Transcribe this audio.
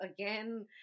again